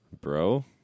Bro